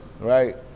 Right